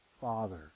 father